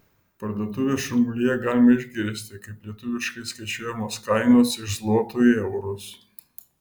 parduotuvės šurmulyje galima išgirsti kaip lietuviškai skaičiuojamos kainos iš zlotų į eurus